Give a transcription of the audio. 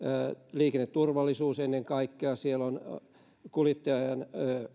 liikenneturvallisuus ennen kaikkea siellä on esimerkiksi kuljettajan